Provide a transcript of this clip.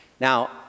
Now